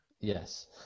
Yes